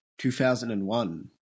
2001